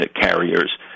carriers